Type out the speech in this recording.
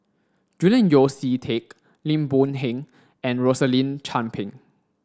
Julian Yeo See Teck Lim Boon Heng and Rosaline Chan Pang